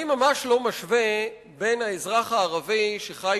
אני ממש לא משווה בין אזרח ערבי שחי